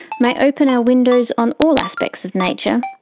may open our windows on all aspects of nature,